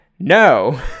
No